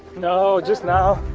no just now.